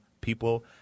people